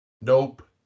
nope